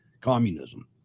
communism